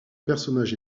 personnage